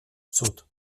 cud